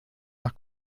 nach